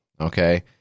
Okay